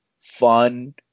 fun